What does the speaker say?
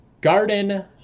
Garden